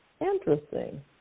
Interesting